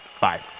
Bye